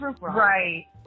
right